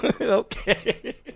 okay